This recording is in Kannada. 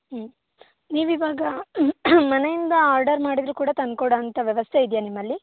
ನೀವಿವಾಗ ಮನೆಯಿಂದ ಆರ್ಡರ್ ಮಾಡಿದರೂ ಕೂಡ ತಂದು ಕೊಡೋವಂಥ ವ್ಯವಸ್ಥೆ ಇದೆಯಾ ನಿಮ್ಮಲ್ಲಿ